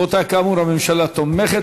רבותי, כאמור, הממשלה תומכת.